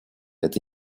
это